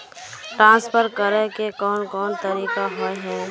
Transfer करे के कोन कोन तरीका होय है?